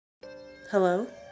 Hello